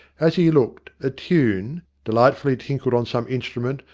as he looked, a tune, delightfully tinkled on some instrument,